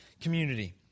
community